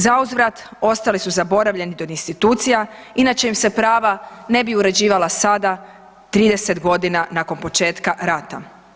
Zauzvrat ostali su zaboravljeni od institucija, inače im se prava ne bi uređivala sada 30.g. nakon početka rata.